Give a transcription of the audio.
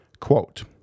Quote